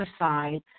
aside